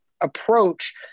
approach